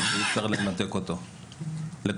אי אפשר לנתק אותו מההשפעה על המציאות הקיימת.